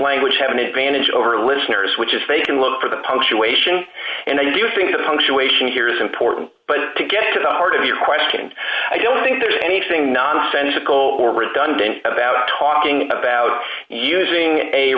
language have an advantage over listeners which is fake and look for the punctuation and i do think that the function waiting here is important but to get to the heart of your question i don't think there's anything nonsensical or redundant about talking about using a